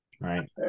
right